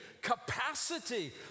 capacity